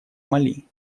мали